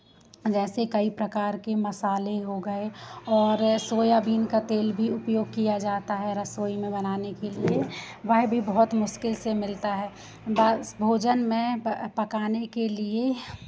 जैसे कई प्रकार के मसाले हो गए और सोयाबीन का तेल भी उपयोग किया जाता है रसोई में बनाने के लिए वह भी बहुत मुश्किल से मिलता है बस भोजन में पकाने के लिए